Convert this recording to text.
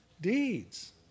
deeds